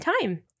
time